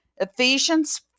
Ephesians